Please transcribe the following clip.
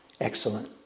excellent